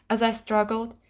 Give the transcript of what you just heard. as i struggled,